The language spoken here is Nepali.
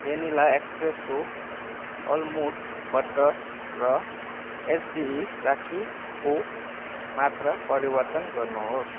भेनिला एक्सप्रेस्सो अलमोन्ड बटर र एस बी ई राखीको मात्रा परिवर्तन गर्नुहोस्